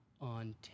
on